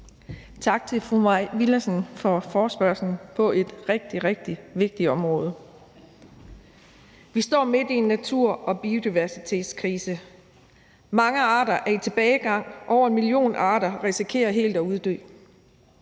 tak til fru Mai Villadsen for forespørgslen på et rigtig, rigtig vigtigt område. Vi står midt i en natur- og biodiversitetskrise. Mange arter er i tilbagegang, og over en million arter risikerer helt at uddø,